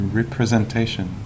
representation